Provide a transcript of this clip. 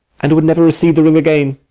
and would never receive the ring again.